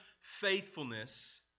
faithfulness